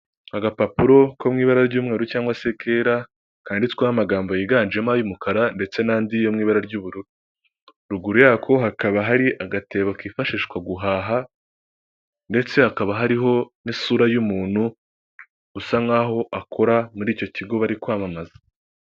Agapapuro ko mw'ibara ry'umweru cyangwa se kera, kanditsweho amagambo yiganjemo ay'umukara ndetse n'andi yo mu ibara ry'ubururu, ruguru yako hakaba hari agatebo kifashishwa guhaha, ndetse hakaba hariho n'isura y'umuntu usa nk'aho akora muri icyo kigo bari kwamamaza.